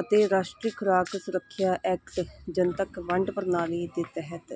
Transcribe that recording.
ਅਤੇ ਰਾਸ਼ਟਰੀ ਖੁਰਾਕ ਸੁਰੱਖਿਆ ਐਕਟ ਜਨਤਕ ਵੰਡ ਪ੍ਰਣਾਲੀ ਦੇ ਤਹਿਤ